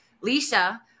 Lisa